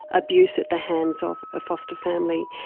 abuse at the hands of a foster family.